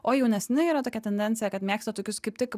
o jaunesni yra tokia tendencija kad mėgsta tokius kaip tik